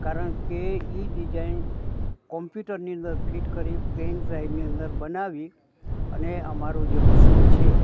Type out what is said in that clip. કારણ કે એ ડિજાઇન કોમ્પ્યુટરની અંદર ફિટ કરી પેનડ્રાઈવની અંદર બનાવી અને અમારું જે મસીન છે